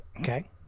okay